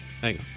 Hang